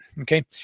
Okay